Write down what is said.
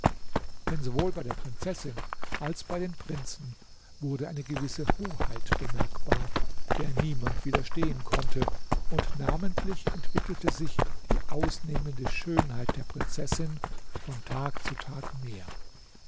denn sowohl bei der prinzessin als bei den prinzen wurde eine gewisse hoheit bemerkbar der niemand widerstehen konnte und namentlich entwickelte sich die ausnehmende schönheit der prinzessin von tag zu tag mehr